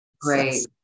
Great